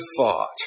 thought